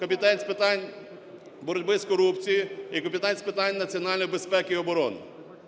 Комітет з питань боротьби з корупцією і Комітет з питань національної безпеки і оборони.